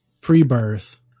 pre-birth